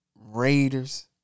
Raiders